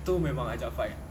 tu memang ajak fight